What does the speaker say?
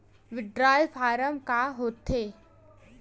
withdrawal form का होथेय